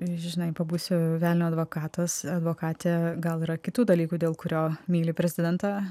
žinai pabūsiu velnio advokatas advokatė gal yra kitų dalykų dėl kurio myliu prezidentą